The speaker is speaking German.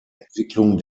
entwicklung